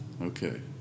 Okay